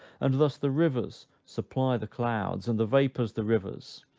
and thus the rivers supply the clouds, and the vapors the rivers,